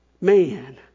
man